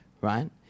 right